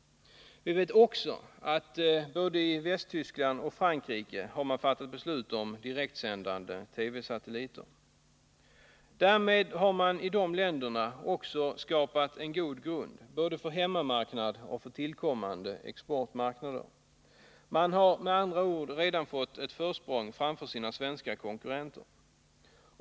Vi vet också att både Västtyskland och Frankrike redan fattat beslut om direktsändande TV-satelliter. Därmed har man i de länderna också skapat en god grund både för hemmamarknad och för tillkommande exportmarknader. Man har med andra ord redan fått ett försprång före sina svenska konkurrenter.